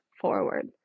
forward